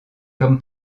comme